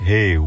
Hey